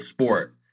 sport